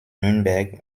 nürnberg